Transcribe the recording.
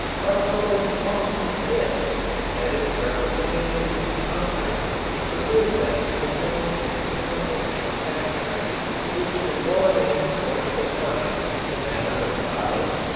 our public must insist that its representatives in congress preserve that independence in chemical manufacturing which the war has forced upon us in the matter of dyes,